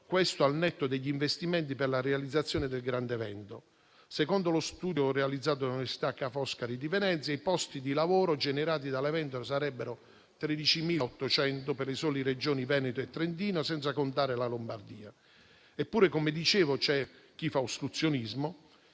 euro, al netto degli investimenti per la realizzazione del grande evento. Secondo lo studio realizzato dall'università Ca' Foscari di Venezia, i posti di lavoro generati dall'evento sarebbero 13.800 per le sole Regioni Veneto e Trentino, senza contare la Lombardia. Eppure, come dicevo, c'è chi fa ostruzionismo.